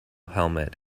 helmet